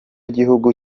gihugu